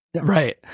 Right